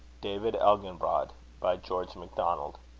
david elginbrod by george macdonald